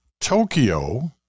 Tokyo